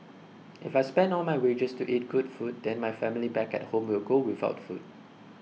if I spend all my wages to eat good food then my family back at home will go without food